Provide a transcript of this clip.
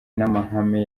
n’amahame